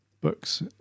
books